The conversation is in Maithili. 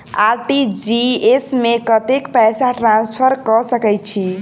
आर.टी.जी.एस मे कतेक पैसा ट्रान्सफर कऽ सकैत छी?